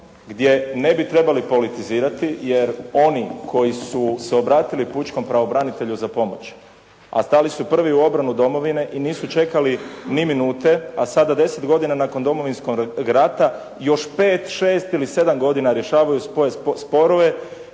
gdje ne bi trebali politizirati jer oni koji su se obratili pučkom pravobranitelju za pomoć, a stali su prvi u obranu Domovine i nisu čekali ni minute, a sada 10 godina nakon Domovinskog rata još 5, 6 ili 7 godina rješavaju sporove,